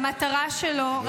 שהמטרה שלו --- אתה מרגיש נרדף?